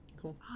cool